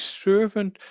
servant